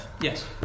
Yes